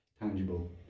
tangible